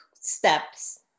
steps